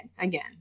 again